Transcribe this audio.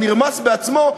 הנרמס בעצמו,